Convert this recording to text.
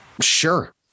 Sure